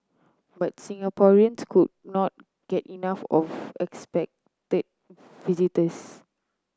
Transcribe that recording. but Singaporeans could not get enough of unexpected visitors